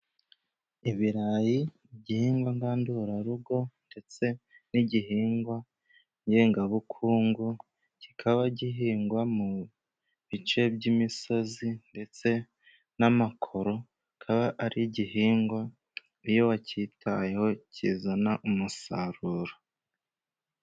Ibirayi igihingwa ngandurarugo， ndetse n'igihingwa ngengabukungu， kikaba gihingwa mu bice by'imisozi，ndetse n'amakoro，kikaba ari igihingwa， iyo wakitayeho kizana umusaruro.